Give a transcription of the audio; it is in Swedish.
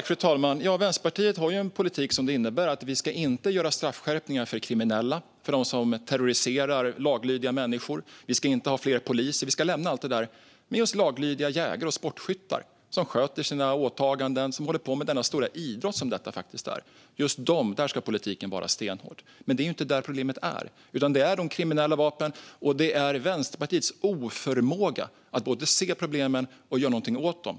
Fru talman! Vänsterpartiet har en politik som innebär att vi inte ska göra straffskärpningar för kriminella, för dem som terroriserar laglydiga människor. Vi ska inte ha fler poliser. Vi ska lämna allt detta. Men just när det gäller laglydiga jägare och sportskyttar, som sköter sina åtaganden och som håller på med den stora idrott som detta faktiskt är, ska politiken vara stenhård. Men det är ju inte där som problemet finns. Problemet är de kriminellas vapen och Vänsterpartiets oförmåga att både se problemen och göra någonting åt dem.